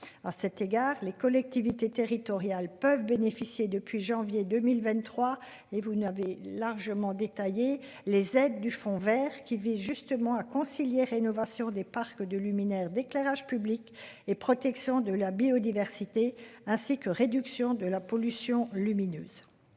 À cet égard, les collectivités territoriales peuvent bénéficier depuis janvier 2023 et vous n'avez largement détaillé les aides du fonds Vert qui vise justement à concilier rénovation des parcs de luminaires d'éclairage public et protection de la biodiversité, ainsi que réduction de la pollution lumineuse.